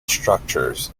structures